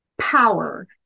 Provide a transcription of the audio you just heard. power